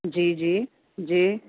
جی جی جی